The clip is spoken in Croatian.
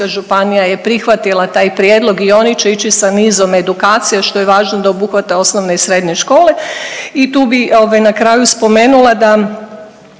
županija je prihvatila taj prijedlog i oni će ići sa nizom edukacija što je važno da obuhvate da obuhvate osnovne i srednje škole i tu bi ovaj na kraju spomenula da